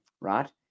right